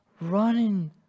running